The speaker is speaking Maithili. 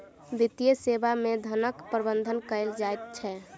वित्तीय सेवा मे धनक प्रबंध कयल जाइत छै